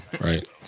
right